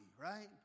right